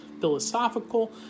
philosophical